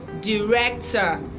director